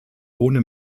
ohne